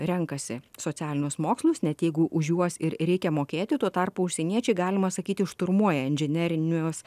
renkasi socialinius mokslus net jeigu už juos ir reikia mokėti tuo tarpu užsieniečiai galima sakyti šturmuoja inžinerinius